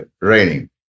raining